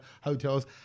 hotels